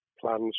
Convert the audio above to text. plans